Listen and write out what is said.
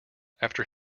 after